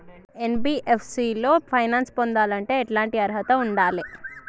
NBFC లో finance పొందాలంటే ఎట్లాంటి అర్హత ఉండాలే?